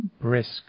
brisk